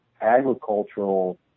agricultural